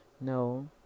No